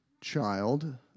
child